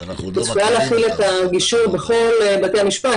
אפשר להחיל את הגישור בכל בתי המשפט,